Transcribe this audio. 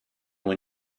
when